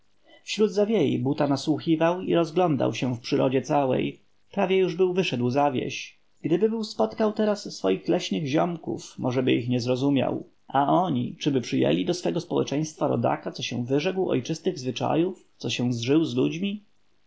tę przysługę wśród zawiei buta nasłuchiwał i rozglądał się w przyrodzie całej prawie już był wyszedł za wieś gdyby był spotkał teraz swoich leśnych ziomków możeby ich nie zrozumiał a oni czyżby przyjęli do swego społeczeństwa rodaka co się wyrzekł ojczystych zwyczajów co się zżył z ludźmi